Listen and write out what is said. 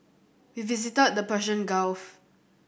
we visited the Persian Gulf